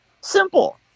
simple